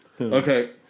Okay